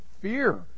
fear